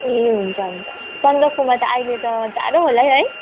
ए हुन्छ हुन्छ सन्दकपुमा त अहिले त जाडो होला है